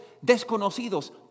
desconocidos